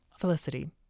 felicity